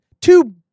two